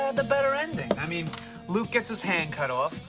the better ending. i mean luke gets his hand cut off,